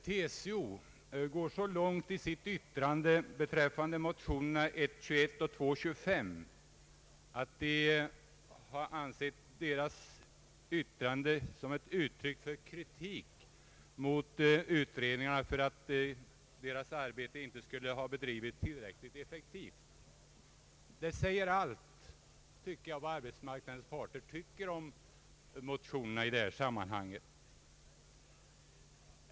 TCO går så långt i sitt yttrande beträffande motionerna I: 21 och II: 25 att man betraktar dem som uttryck för kritik mot utredningarna för att deras arbete inte skulle ha bedrivits tillräckligt effektivt. Det säger allt, tycker jag, om vad arbetsmarknadens parter anser om motionerna i detta sammanhang.